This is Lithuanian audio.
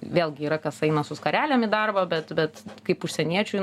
vėlgi yra kas eina su skarelėm į darbą bet bet kaip užsieniečiui